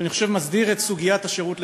שמסדיר את סוגיית השירות בצה"ל,